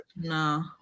No